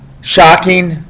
shocking